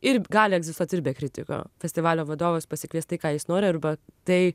ir gali egzistuot ir be kritiko festivalio vadovas pasikvies tai ką jis nori arba tai